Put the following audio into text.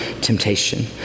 temptation